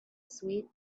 sweet